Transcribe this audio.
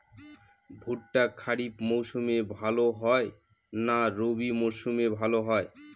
ভুট্টা খরিফ মৌসুমে ভাল হয় না রবি মৌসুমে ভাল হয়?